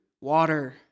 water